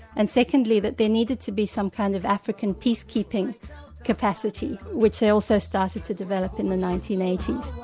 and secondly that there needed to be some kind of african peacekeeping capacity, which they also started to develop in the nineteen eighty